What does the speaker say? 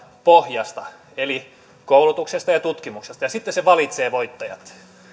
pohjasta eli koulutuksesta ja tutkimuksesta ja sitten se valitsee voittajat